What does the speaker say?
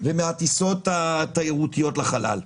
ומהטיסות התיירותיות לחלל.